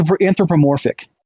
anthropomorphic